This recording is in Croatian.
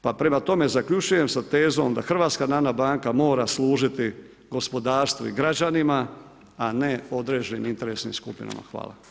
Pa prema tome zaključujem sa tezom da Hrvatska narodna banka mora služiti gospodarstvu i građanima a ne određenim interesnim skupinama.